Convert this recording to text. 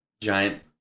giant